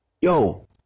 Yo